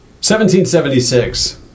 1776